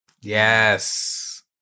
Yes